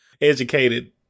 educated